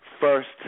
first